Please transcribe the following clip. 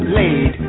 laid